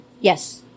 Yes